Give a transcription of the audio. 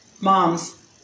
moms